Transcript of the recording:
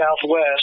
southwest